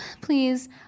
please